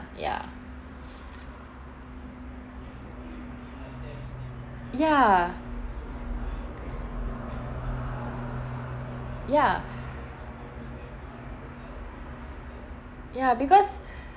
ya ya ya ya because